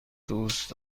دوست